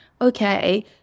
okay